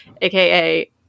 aka